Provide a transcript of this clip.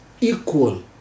equal